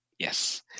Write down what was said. Yes